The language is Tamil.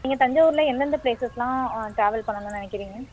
நீங்கள் தஞ்சாவூரில் எந்தெந்த ப்லேசஸ்லாம் ஆ ட்ராவல் பண்ணனும்னு நினைக்கிறிங்க